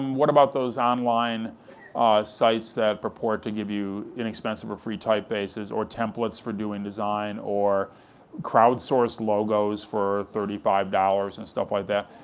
what about those online sites that purport to give you inexpensive or free typefaces or templates for doing design, or crowdsourced logos for thirty five dollars, and stuff like that?